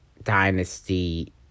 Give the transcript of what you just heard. dynasty